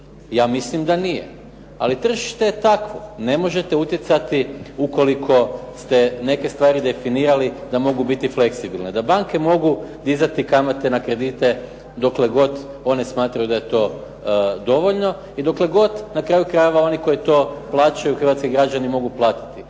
ja misli da nije. Ali tržište je takvo, ne možete utjecati ukoliko ste neke stvari definirali da mogu biti fleksibilne. Da banke mogu dizati kamate na kredite dokle god one smatraju da je to dovoljno i dokle god, na kraju krajeva oni koji to plaćaju, hrvatski građani mogu platiti.